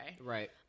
Right